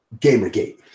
GamerGate